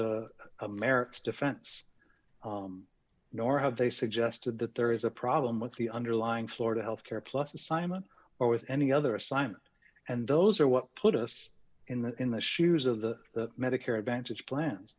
launched america's defense nor have they suggested that there is a problem with the underlying florida health care plus a simon or with any other assignment and those are what put us in the in the shoes of the medicare advantage plans